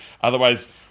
Otherwise